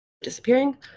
Disappearing